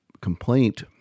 complaint